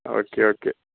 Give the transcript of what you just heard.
okay okay